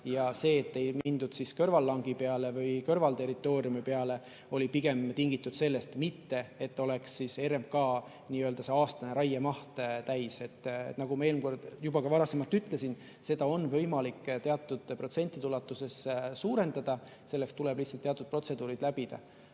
ja see, et ei mindud kõrvallangi peale või kõrvalterritooriumi peale, oli pigem tingitud sellest, mitte et oleks RMK nii-öelda aastane raiemaht täis. Nagu ma juba ka varasemalt ütlesin, seda on võimalik teatud protsentide ulatuses suurendada, selleks tuleb lihtsalt teatud protseduurid läbida.